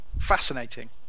fascinating